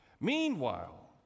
Meanwhile